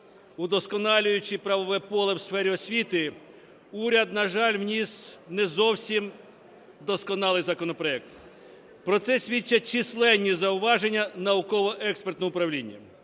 удосконалюючи правове поле в сфері освіти, уряд, на жаль, вніс не зовсім досконалий законопроект, про це свідчать численні зауваження науково-експертного управління.